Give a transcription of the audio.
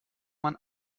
man